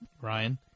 Ryan